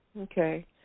okay